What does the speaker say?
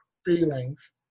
feelings